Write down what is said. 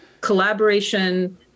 collaboration